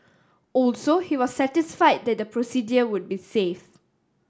also he was satisfied that the procedure would be safe